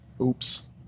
Oops